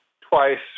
twice